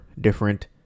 different